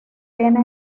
pena